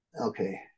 okay